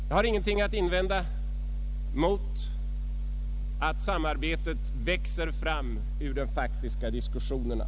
Jag har ingenting att invända mot att samarbetet växer fram ur de faktiska diskussionerna.